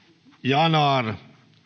yanar